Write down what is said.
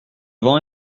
vent